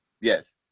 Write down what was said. Yes